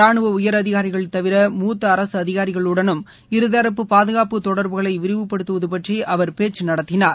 ரானுவ உயரதிகாரிகள் தவிர மூத்த அரசு அதிகாரிகளுடனும் இருதரப்பு பாதுகாப்பு தொடர்புகளை விரிவுபடுத்துவது பற்றி அவர் பேச்சு நடத்தினார்